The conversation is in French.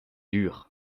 lurent